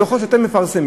בדוחות שאתם מפרסמים,